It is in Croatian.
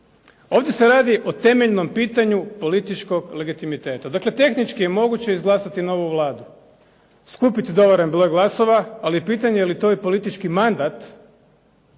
Ovdje se radi o temeljnom pitanju političkog legitimiteta. Dakle, tehnički je moguće izglasati novu Vladu, skupiti dovoljan broj glasova ali je pitanje je li to i politički mandat,